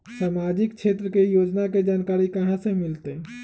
सामाजिक क्षेत्र के योजना के जानकारी कहाँ से मिलतै?